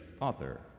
author